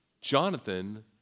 Jonathan